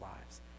lives